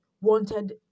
wanted